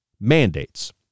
mandates